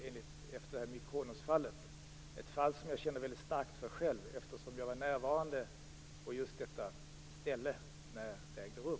Jag tänker då på Mykonosfallet - ett fall som jag känner väldigt starkt för själv, eftersom jag var närvarande när denna händelse ägde rum.